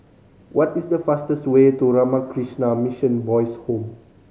what is the fastest way to Ramakrishna Mission Boys' Home